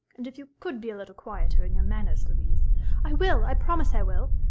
and if you could be a little quieter in your manners, louise i will, i promise i will!